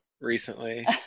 Recently